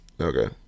Okay